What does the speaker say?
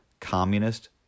Communist